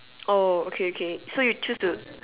oh okay okay so you choose to